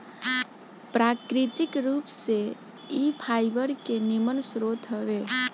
प्राकृतिक रूप से इ फाइबर के निमन स्रोत हवे